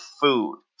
food